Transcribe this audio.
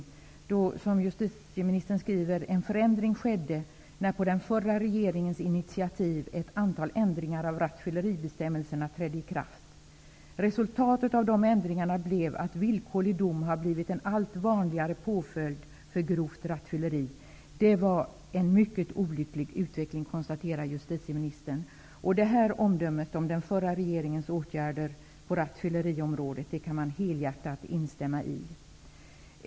Justitieministern sade följande: ''Tyvärr skedde en förändring vid halvårsskiftet år 1990 när på den förra regeringens initiativ ett antal ändringar av rattfylleribestämmelserna trädde i kraft. Resultatet av de ändringarna blev att villkorlig dom har blivit en allt vanligare påföljd för grovt rattfylleri.'' Justitieministern konstaterade vidare att det var en mycket olycklig utveckling. Det här omdömet om den förra regeringens åtgärder på rattfylleriområdet kan man helhjärtat instämma i.